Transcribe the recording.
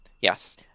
Yes